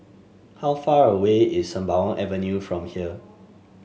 how far away is Sembawang Avenue from here